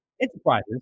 Enterprises